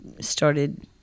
started